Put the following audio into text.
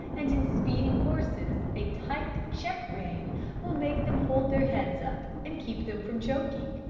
and in speeding horses a tight check-rein will make them hold their heads up, and keep them from choking.